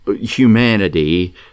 humanity